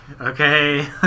okay